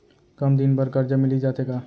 कम दिन बर करजा मिलिस जाथे का?